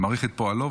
בבקשה.